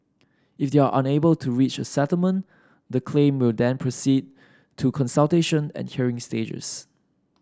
if they are unable to reach a settlement the claim will then proceed to consultation and hearing stages